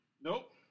Nope